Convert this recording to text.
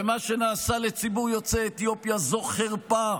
ומה שנעשה לציבור יוצאי אתיופיה זו חרפה,